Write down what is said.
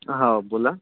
हो बोला